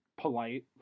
polite